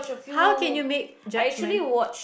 how can you make judgement